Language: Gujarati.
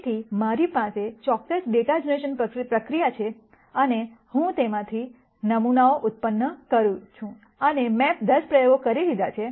તેથી મારી પાસે ચોક્કસ ડેટા જનરેશન પ્રક્રિયા છે છે અને હું તેમાંથી નમૂનાઓ ઉત્પન્ન કરું છું અને મેં 10 પ્રયોગો કરી દીધાં છે